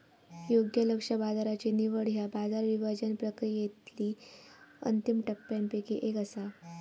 योग्य लक्ष्य बाजाराची निवड ह्या बाजार विभाजन प्रक्रियेतली अंतिम टप्प्यांपैकी एक असा